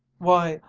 why,